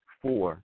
four